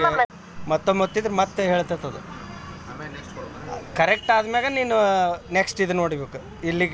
Phone pay app ನಿಂದ ಬ್ಯಾರೆ ಖಾತೆಕ್ ರೊಕ್ಕಾ ಕಳಸಾಕ್ ಬರತೈತೇನ್ರೇ?